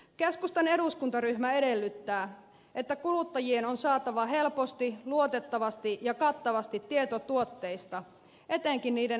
keskustan eduskuntaryhmä edellyttää että kuluttajien on saatava helposti luotettavasti ja kattavasti tieto tuotteista etenkin niiden alkuperästä